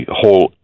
whole